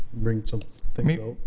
bring some things out.